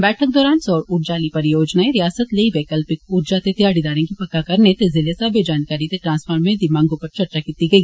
बैठक दौरान सौर ऊर्जा आली परियोजना रियासत लेई वैकलिपिक ऊर्जा ते घ्याड़ीदारे गी पक्का करना ते जिले स्हावे जानकारी ते ट्रांसफामरें दी मंग उप्पर चर्चा कीती गेई